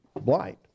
blind